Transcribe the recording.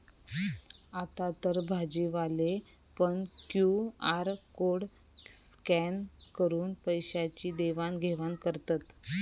आतातर भाजीवाले पण क्यु.आर कोड स्कॅन करून पैशाची देवाण घेवाण करतत